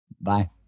Bye